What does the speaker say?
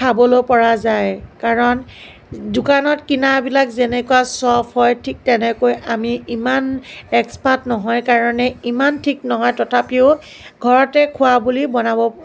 খাবলৈ পৰা যায় কাৰণ দোকানত কিনাবিলাক যেনেকুৱা চফ হয় ঠিক তেনেকৈ আমি ইমান এক্সপাট নহয় কাৰণে ইমান ঠিক নহয় তথাপিও ঘৰতে খোৱা বুলি বনাব